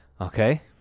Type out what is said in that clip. Okay